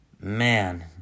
Man